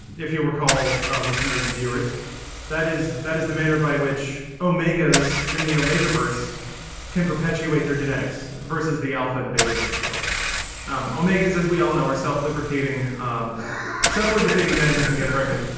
if you'll recall listeners and viewers that is that is the manner by which omegas and the omega verse can perpetuate their genetics versus the alpha and beta of the world um omegas as we all know are self lubricating supplicating men who can get her